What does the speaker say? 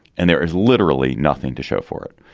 and there is literally nothing to show for it.